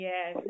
Yes